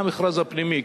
המכרז הפנימי.